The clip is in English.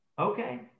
Okay